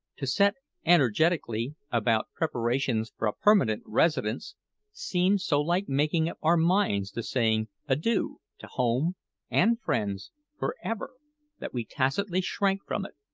to set energetically about preparations for a permanent residence seemed so like making up our minds to saying adieu to home and friends for ever that we tacitly shrank from it,